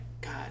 God